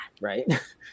right